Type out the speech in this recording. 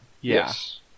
Yes